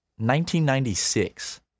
1996